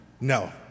No